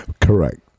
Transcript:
Correct